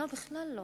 לא, בכלל לא.